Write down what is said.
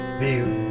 feel